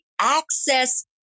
Access